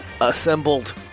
assembled